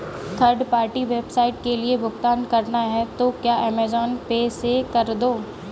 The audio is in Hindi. थर्ड पार्टी वेबसाइट के लिए भुगतान करना है तो क्या अमेज़न पे से कर दो